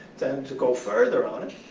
then, to go further on it,